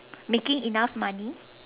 making enough money